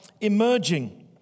emerging